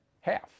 Half